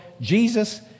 Jesus